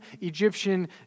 Egyptian